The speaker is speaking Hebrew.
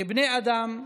כבני אדם,